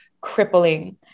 crippling